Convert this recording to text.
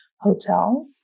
Hotel